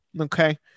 okay